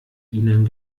ihnen